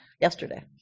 yesterday